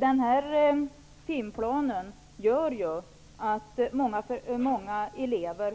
Den här timplanen gör ju att många elever